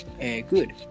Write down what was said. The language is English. good